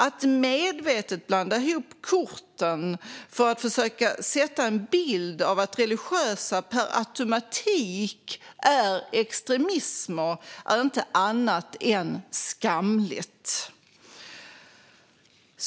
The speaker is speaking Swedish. Att medvetet blanda ihop korten för att försöka sätta en bild av att religiösa per automatik är extremister är inte annat än skamligt.